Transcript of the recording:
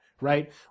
right